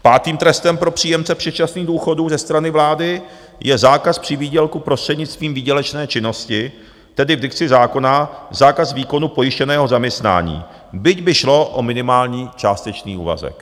Pátým trestem pro příjemce předčasných důchodů ze strany vlády je zákaz přivýdělku prostřednictvím výdělečné činnosti, tedy v dikci zákona zákaz výkonu pojištěného zaměstnání, byť by šlo o minimální částečný úvazek.